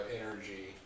energy